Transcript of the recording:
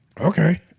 Okay